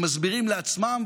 הם מסבירים לעצמם,